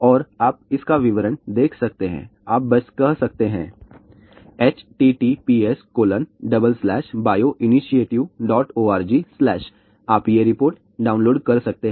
और आप इसका विवरण देख सकते हैं आप बस कह सकते हैं httpsbioinitiativeorg आप ये रिपोर्ट डाउनलोड कर सकते हैं